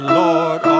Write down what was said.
lord